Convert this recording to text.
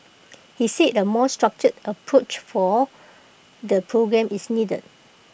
he said A more structured approach for the programme is needed